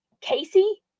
Casey